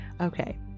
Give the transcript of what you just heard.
Okay